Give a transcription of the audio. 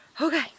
Okay